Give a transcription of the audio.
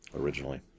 originally